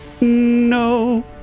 no